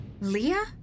Leah